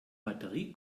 batterie